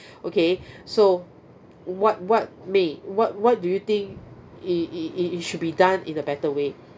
okay so what what may what what do you think it it it should be done in a better way